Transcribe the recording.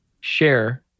share